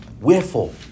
Wherefore